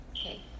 Okay